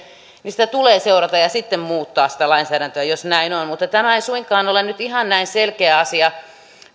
niin sitä tulee seurata ja sitten muuttaa sitä lainsäädäntöä jos näin on mutta tämä ei suinkaan ole nyt ihan näin selkeä asia